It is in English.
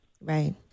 Right